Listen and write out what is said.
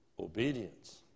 obedience